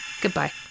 Goodbye